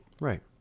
Right